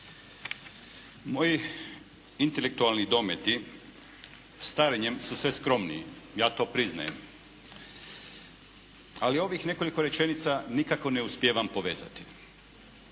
Moji intelektualni dometi starenjem su sve skromniji, ja to priznajem ali ovih nekoliko rečenica nikako ne uspijevam povezati,